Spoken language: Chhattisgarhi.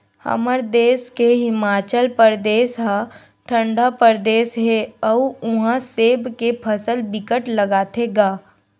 हमर देस के हिमाचल परदेस ह ठंडा परदेस हे अउ उहा सेब के फसल बिकट लगाथे गा